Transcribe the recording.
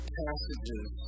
passages